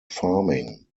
farming